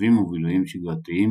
תחביבים ובילויים שגרתיים,